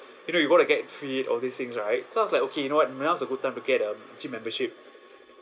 you know you going to get fit all these things right so I was like okay you know what now's a good time to get a gym membership